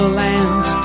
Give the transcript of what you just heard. lands